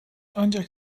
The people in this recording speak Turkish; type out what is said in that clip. ancak